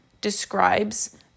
describes